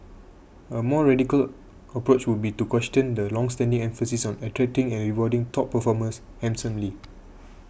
a more radical approach would be to question the longstanding emphasis on attracting and rewarding top performers handsomely